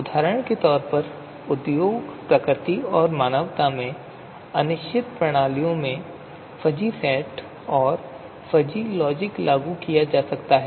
उदाहरण के लिए उद्योग प्रकृति और मानवता में अनिश्चित प्रणालियों में फ़ज़ी सेट और फ़ज़ी लॉजिक लागू किया जा सकता है